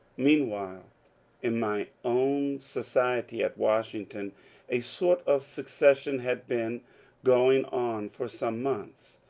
meanwhile in my own society at washington a sort of secession had been going on for some months.